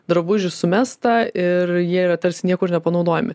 drabužių sumesta ir jie yra tarsi niekur nepanaudojami